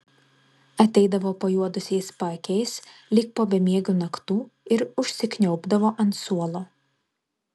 ateidavo pajuodusiais paakiais lyg po bemiegių naktų ir užsikniaubdavo ant suolo